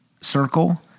circle